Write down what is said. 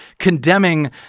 condemning